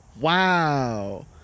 Wow